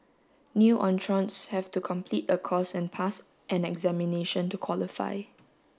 new entrants have to complete a course and pass an examination to qualify